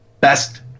best